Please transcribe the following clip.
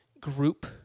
group